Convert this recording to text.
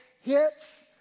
hits